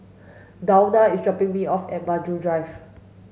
Dawna is dropping me off at Maju Drive